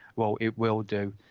well it will do.